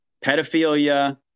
pedophilia